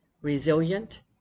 Resilient